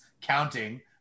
counting